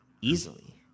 easily